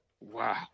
Wow